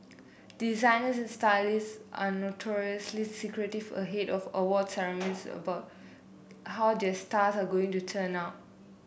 designers and stylists are notoriously secretive ahead of awards ceremonies about how their stars are going to turn out